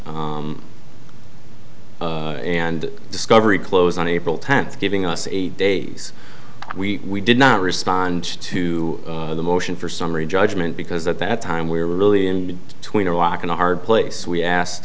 and discovery close on april tenth giving us eight days we did not respond to the motion for summary judgment because at that time we were really in between a walk and a hard place we asked